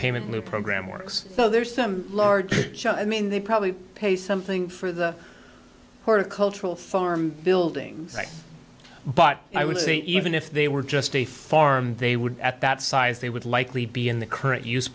payment new program works so there's some large i mean they probably pay something for the horticultural farm buildings but i would say even if they were just a farm they would at that size they would likely be in the current